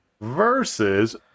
versus